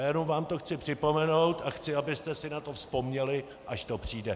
Jen vám to chci připomenout a chci, abyste si na to vzpomněli, až to přijde.